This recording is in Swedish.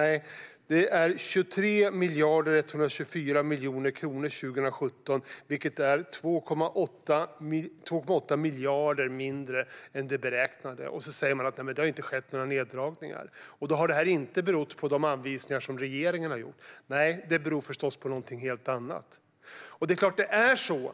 År 2017 är det på 23 124 000 000 kronor, vilket är 2,8 miljarder mindre än det beräknade. Och så säger man att det inte har skett några neddragningar. Och det här har inte berott på de anvisningar som regeringen har gjort utan förstås på något helt annat. Det är klart